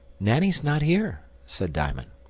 nanny's not here, said diamond.